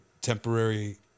temporary